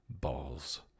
balls